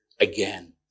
again